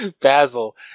basil